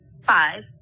Five